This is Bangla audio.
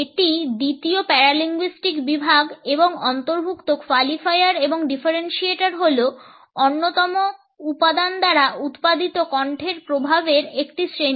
এটি দ্বিতীয় প্যারাভাষিক বিভাগ এবং অন্তর্ভুক্ত কোয়ালিফায়ার এবং ডিফারেন্সিয়েটর হল অন্যতম উপাদান দ্বারা উৎপাদিত কণ্ঠের প্রভাবের একটি শ্রেণী